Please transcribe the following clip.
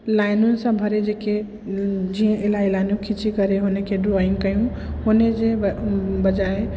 लाइनुनि सां भरे जेके जीअं इलाही लाइनूं खिची करे हुन खे ड्रॉइंग कयूं हुन जे बजाए